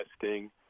testing